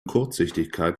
kurzsichtigkeit